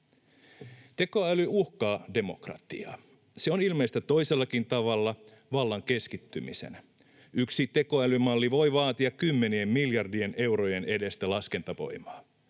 Tekoäly uhkaa demokratiaa. Se on ilmeistä toisellakin tavalla: vallan keskittymisenä. Yksi tekoälymalli voi vaatia kymmenien miljardien eurojen edestä laskentavoimaa.